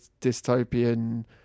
dystopian